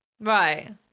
Right